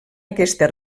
aquesta